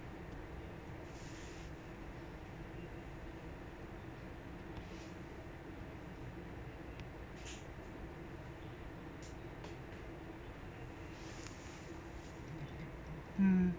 mm